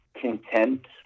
content